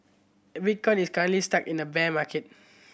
bitcoin is currently stuck in a bear market